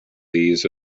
these